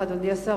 אדוני השר,